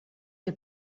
der